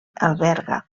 alberga